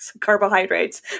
carbohydrates